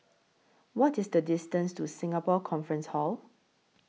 What IS The distance to Singapore Conference Hall